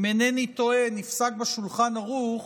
אם אינני טועה, נפסק בשולחן ערוך